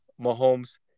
Mahomes